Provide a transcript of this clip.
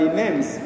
names